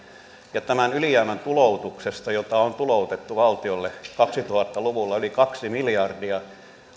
ja tämän ylijäämän tuloutuksesta jota on tuloutettu valtiolle kaksituhatta luvulla yli kaksi miljardia